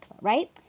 right